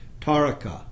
Taraka